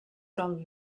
from